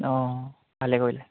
অঁ ভালে কৰিলে